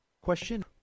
question